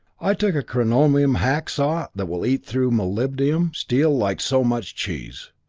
i took a coronium hack saw that will eat through molybdenum steel like so much cheese,